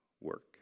work